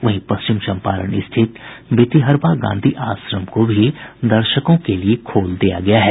वहीं पश्चिम चम्पारण रिथित भितिहरवा गांधी आश्रम को भी दर्शकों के लिए खोल दिया गया है